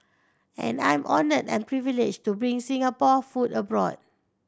and I'm honoured and privileged to bring Singapore food abroad